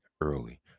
early